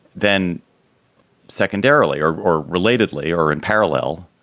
then secondarily or or relatedly or in parallel,